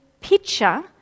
picture